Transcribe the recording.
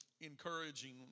encouraging